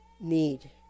need